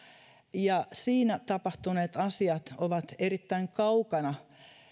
ja siinä tapahtuneet asiat ovat erittäin kaukana